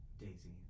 Daisy